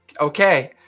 Okay